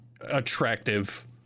attractive